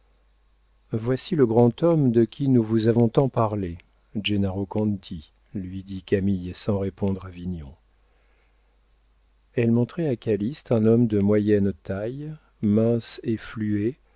voici le grand homme de qui nous vous avons tant parlé gennaro conti lui dit camille sans répondre à vignon elle montrait à calyste un homme de moyenne taille mince et